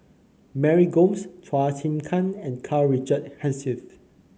Mary Gomes Chua Chim Kang and Karl Richard Hanitsch